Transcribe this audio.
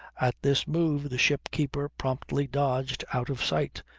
at this move the ship-keeper promptly dodged out of sight,